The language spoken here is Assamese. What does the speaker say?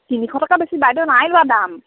তিনিশ টকা বেছি বাইদেউ নাই লোৱা দাম